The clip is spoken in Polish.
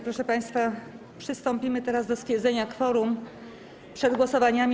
Proszę państwa, przystąpimy teraz do stwierdzenia kworum przed głosowaniami.